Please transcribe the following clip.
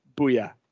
Booyah